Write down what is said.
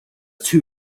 two